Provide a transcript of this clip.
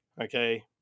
Okay